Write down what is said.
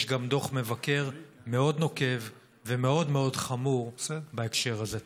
יש גם דוח מבקר מאוד נוקב ומאוד מאוד חמור בהקשר הזה.